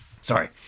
Sorry